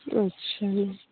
अच्छा मैम